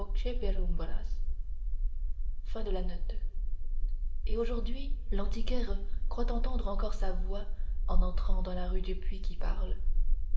voce per umbras et aujourd'hui l'antiquaire croit entendre encore sa voix en entrant dans la rue du puits qui parle